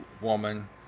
woman